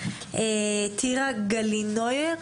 טירה גלינויר,